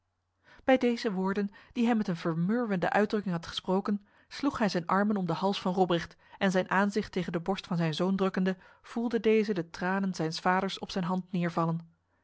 bij deze woorden die hij met een vermurwende uitdrukking had gesproken sloeg hij zijn armen om de hals van robrecht en zijn aanzicht tegen de borst van zijn zoon drukkende voelde deze de tranen zijns vaders op zijn hand neervallen